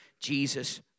Jesus